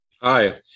Hi